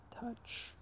touch